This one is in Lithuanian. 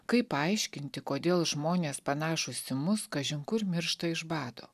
kaip paaiškinti kodėl žmonės panašūs į mus kažin kur miršta iš bado